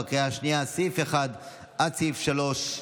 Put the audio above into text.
בקריאה השנייה, סעיף 1 עד סעיף 3,